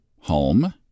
Home